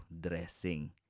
dressing